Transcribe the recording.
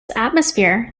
atmosphere